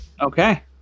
Okay